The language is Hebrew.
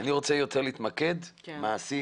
אני רוצה להתמקד יותר במעשי,